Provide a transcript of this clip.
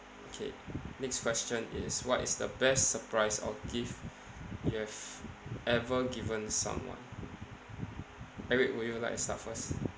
K next question is what is the best surprise or gift you have ever given someone eric would you like to start first